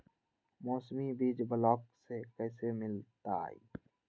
मौसमी बीज ब्लॉक से कैसे मिलताई?